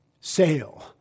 sail